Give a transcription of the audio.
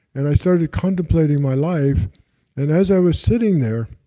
and i started contemplating my life and as i was sitting there